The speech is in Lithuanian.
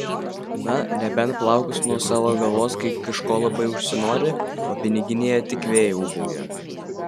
na nebent plaukus nuo savo galvos kai kažko labai užsinori o piniginėje tik vėjai ūbauja